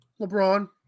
LeBron